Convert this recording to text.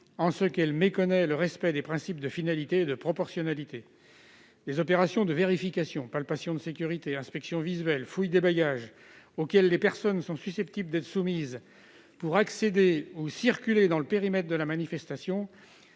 en ce qu'elle méconnaît le respect des principes de finalité et de proportionnalité. Les opérations de vérification- palpations de sécurité, inspection visuelle et fouille des bagages -auxquelles les personnes sont susceptibles d'être soumises pour accéder ou circuler dans le périmètre de la manifestation